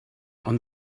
ond